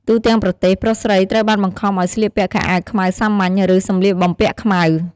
ទូទាំងប្រទេស ប្រុសស្រីត្រូវបានបង្ខំឱ្យស្លៀកពាក់ខោអាវខ្មៅសាមញ្ញ ឬ "សំលៀកបំពាក់ខ្មៅ"។